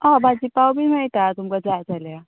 हय भाजी पाव बी मेळटा तुमकां जाय जाल्यार